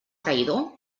traïdor